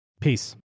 Peace